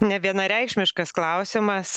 nevienareikšmiškas klausimas